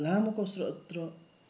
लामो कसरत र